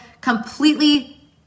completely